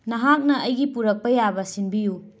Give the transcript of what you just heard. ꯃꯍꯥꯛꯅ ꯑꯩꯒꯤ ꯄꯨꯔꯛꯄ ꯌꯥꯕ ꯁꯤꯟꯕꯤꯌꯨ